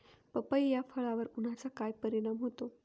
पपई या फळावर उन्हाचा काय परिणाम होतो?